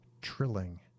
Trilling